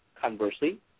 conversely